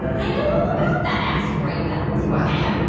i know all about that asteroid belt what?